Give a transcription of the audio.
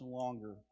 longer